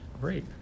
great